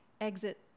exit